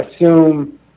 assume